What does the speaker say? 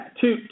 Two